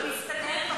הוא מסתדר,